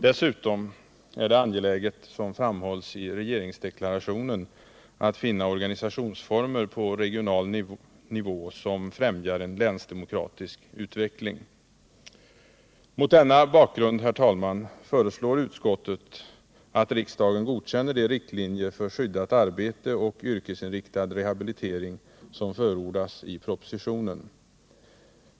Dessutom är det angeläget —- som framhålls i regeringsdeklarationen - att finna organisationsformer på regional nivå som främjar en länsdemokratisk utveckling. Mot denna bakgrund, herr talman, föreslår utskottet att riksdagen godkänner de riktlinjer för skyddat arbete och yrkesinriktad rehabilitering som förordas i propositionen.